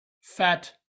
fat